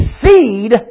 seed